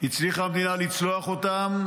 הצליחה המדינה לצלוח אותם,